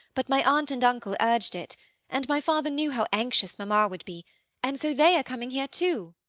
but my aunt and uncle urged it and my father knew how anxious mamma would be and so they are coming here too.